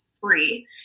free